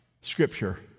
scripture